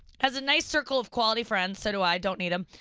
has a nice circle of quality friends, so do i, don't need them.